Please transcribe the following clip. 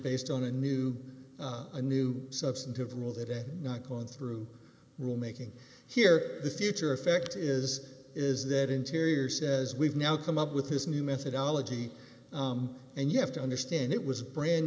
based on a new a new substantive rule that is not going through rulemaking here the future effect is is that interior says we've now come up with this new methodology and you have to understand it was brand